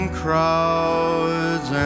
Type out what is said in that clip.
crowds